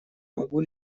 могу